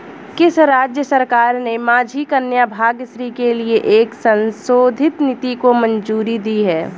किस राज्य सरकार ने माझी कन्या भाग्यश्री के लिए एक संशोधित नीति को मंजूरी दी है?